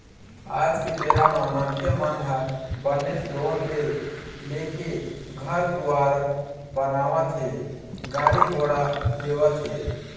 आज के बेरा म मनखे मन ह बनेच लोन ले लेके घर दुवार बनावत हे गाड़ी घोड़ा लेवत हें